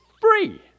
free